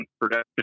production